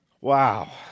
Wow